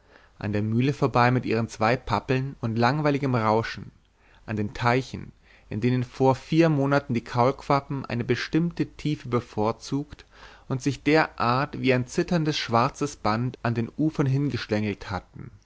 an der mühle vorbei mit ihren zwei pappeln und langweiligem rauschen an den teichen in denen vor vier monaten die kaulquappen eine bestimmte tiefe bevorzugt und sich derart wie ein zitterndes schwarzes band an den ufern hingeschlängelt hatten